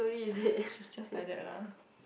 she just like that lah